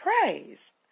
praise